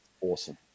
awesome